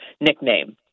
nickname